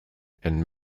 and